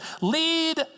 Lead